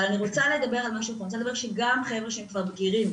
אבל אני רוצה לדבר על זה שגם חבר'ה שהם כבר בגירים,